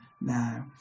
now